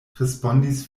respondis